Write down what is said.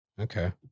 Okay